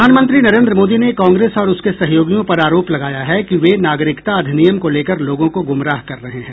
प्रधानमंत्री नरेंद्र मोदी ने कांग्रेस और उसके सहयोगियों पर आरोप लगाया है कि वे नागरिकता अधिनियम को लेकर लोगों को गुमराह कर रहे हैं